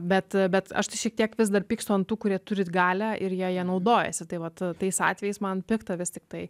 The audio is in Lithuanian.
bet bet aš tai šiek tiek vis dar pykstu an tų kurie turi galią ir jie ja naudojasi tai vat tais atvejais man pikta vis tiktai